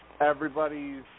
everybody's